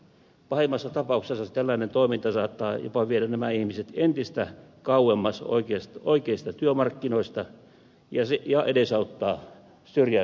pahimmassa tapauksessa tällainen toiminta saattaa jopa viedä nämä ihmiset entistä kauemmas oikeista työmarkkinoista ja edesauttaa syrjäytymistä